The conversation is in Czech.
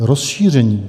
Rozšíření.